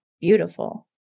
beautiful